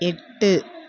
எட்டு